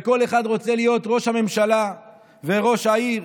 וכל אחד רוצה להיות ראש הממשלה וראש העיר,